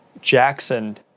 Jackson